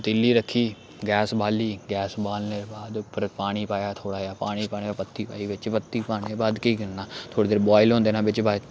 पतीली रक्खी गैस बाल्ली गैस बालने दे बाद उप्पर पानी पाया थोह्ड़ा जेहा पानी पाने पत्ती पाई बिच्च पत्ती पाने दे बाद केह् करना थोह्ड़ी देर बुआइल होन देना बिच्च